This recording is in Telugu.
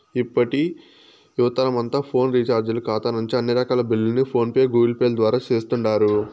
ఇప్పటి యువతరమంతా ఫోను రీచార్జీల కాతా నుంచి అన్ని రకాల బిల్లుల్ని ఫోన్ పే, గూగుల్పేల ద్వారా సేస్తుండారు